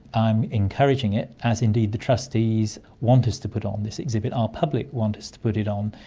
i'm encouraging it, as indeed the trustees want us to put on this exhibit, our public want us to put it on.